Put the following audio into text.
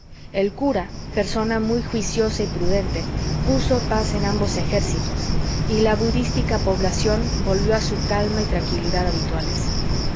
el cura persona muy juiciosa y prudente puso paz en ambos ejércitos y la budística población volvió a su calma y tranquilidad habituales